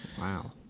wow